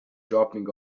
dropping